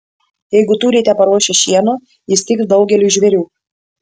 jeigu turite paruošę šieno jis tiks daugeliui žvėrių